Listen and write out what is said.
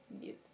Yes